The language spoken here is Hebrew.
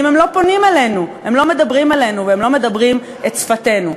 אם הם לא פונים אלינו והם לא מדברים אלינו והם לא מדברים את שפתנו?